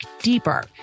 deeper